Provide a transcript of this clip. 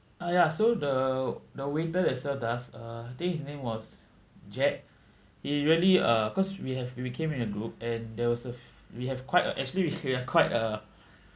ah ya so the the waiter that served us uh I think his name was jack he really uh cause we have we came in a group and there was a we have quite a actually we we're quite a